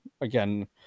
again